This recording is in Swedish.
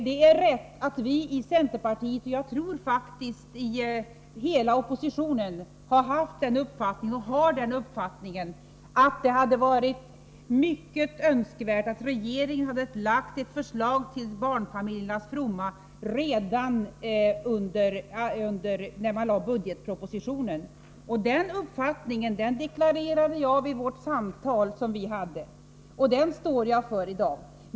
Det är riktigt att vi i centerpartiet — och jag tror faktiskt att det gäller hela oppositionen — har haft och har den uppfattningen, att det hade varit ytterst önskvärt att regeringen hade lagt ett förslag till barnfamiljernas fromma redan när budgetpropositionen presenterades. Den uppfattningen deklarerade jag vid vårt samtal. Den står jag för i dag.